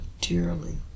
dearly